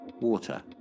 water